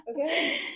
Okay